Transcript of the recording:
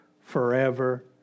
forever